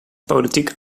politiek